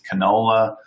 canola